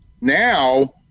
Now